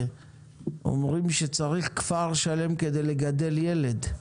אומרים שצריך כפר שלם כדי לגדל ילד.